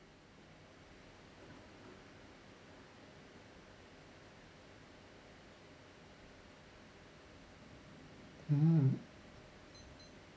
hmm